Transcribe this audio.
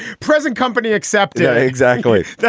present company excepted. exactly. yeah